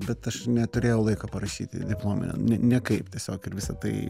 bet aš neturėjau laiko parašyti diplominio nekaip tiesiog ir visa tai